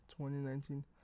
2019